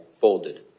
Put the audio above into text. folded